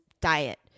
diet